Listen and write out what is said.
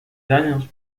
daños